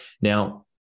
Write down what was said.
Now